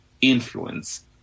influence